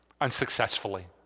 unsuccessfully